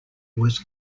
was